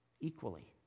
equally